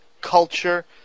culture